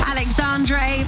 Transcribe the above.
Alexandre